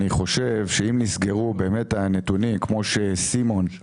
אני חושב שאם נכונים הנתונים שסימון אומר כאן,